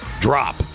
drop